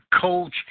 coach